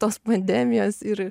tos pandemijos ir